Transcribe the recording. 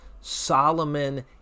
Solomon